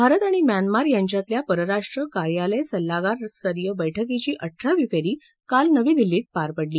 भारत आणि म्यानमार यांच्यातल्या परराष्ट्र कार्यालय सल्लागार स्तरीय बैठकीची अठरावी फेरी काल नवी दिल्लीत पार पडली